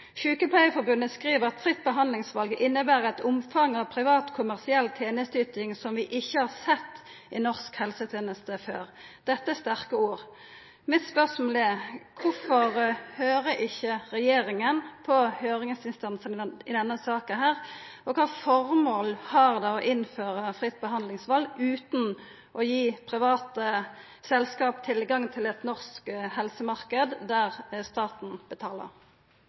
Sjukepleiarforbundet skriv at fritt behandlingsval «vil innebære et omfang av privat kommersiell tjenesteyting som vi ikke har sett i norsk helsetjeneste før». Dette er sterke ord. Mine spørsmål er: Kvifor høyrer ikkje regjeringa på høyringsinstansane i denne saka? Kva føremål har det å innføra fritt behandlingsval, og å gi private selskap tilgang til ein norsk helsemarknad, der staten betalar?